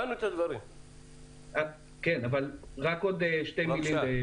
רק עוד שתי מילים.